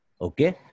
Okay